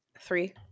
Three